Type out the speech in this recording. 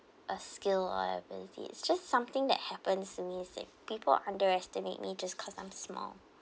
a skill or ability it's just something that happens to me is like people underestimate me just because I'm small